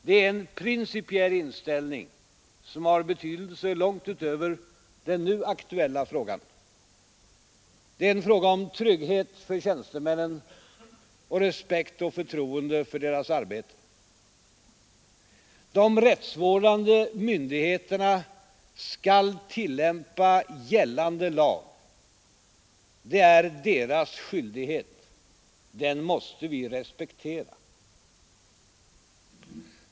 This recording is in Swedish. Det är en principiell inställning som har betydelse långt utöver den nu aktuella frågan. Det är en fråga om trygghet för tjänstemännen och respekt och förtroende för deras arbete. De rättsvårdande myndigheterna skall tillämpa gällande lag. Det är deras skyldighet. Den måste vi respektera.